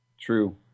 True